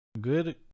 Good